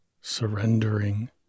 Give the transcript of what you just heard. surrendering